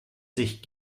sich